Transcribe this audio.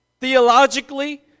theologically